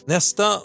Nästa